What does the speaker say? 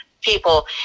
people